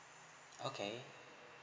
okay